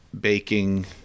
Baking